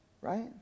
Right